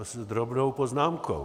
S drobnou poznámkou.